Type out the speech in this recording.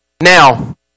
Now